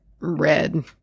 red